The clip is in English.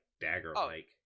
dagger-like